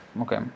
okay